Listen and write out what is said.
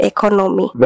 Economy